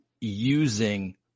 using –